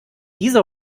dieser